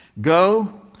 Go